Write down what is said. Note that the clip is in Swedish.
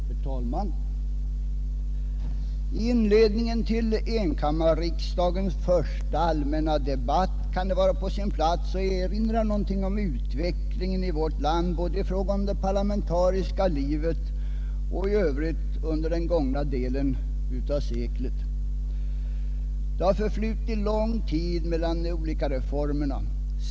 Herr talman! I inledningen till enkammarriksdagens första debatt kan det vara på sin plats att erinra något om utvecklingen i vårt land både i fråga om det parlamentariska livet och i övrigt under den gångna delen av seklet. Det har förflutit lång tid mellan de olika reformerna.